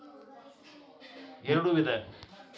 ಮಣ್ಣಾಗ ಎಷ್ಟ ವಿಧ ಇದಾವ್ರಿ ಮತ್ತ ಅವು ಯಾವ್ರೇ?